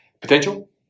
potential